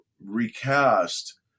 recast